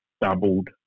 doubled